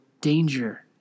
danger